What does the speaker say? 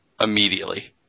immediately